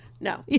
No